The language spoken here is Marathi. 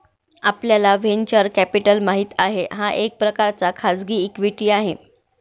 आपल्याला व्हेंचर कॅपिटल माहित आहे, हा एक प्रकारचा खाजगी इक्विटी आहे